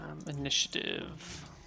Initiative